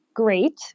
Great